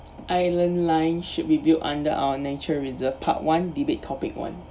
island line should be built under our nature reserve part one debate topic one